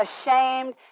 ashamed